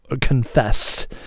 confess